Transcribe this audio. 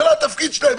זה לא התפקיד שלהם,